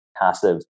passive